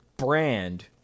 brand